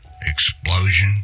explosion